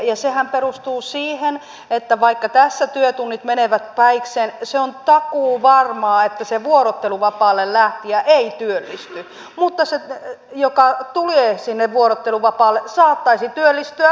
ja sehän perustuu siihen että vaikka tässä työtunnit menevät päikseen se on takuuvarmaa että se vuorotteluvapaalle lähtijä ei työllisty mutta se joka tulee sinne vuorotteluvapaalle saattaisi työllistyä muutenkin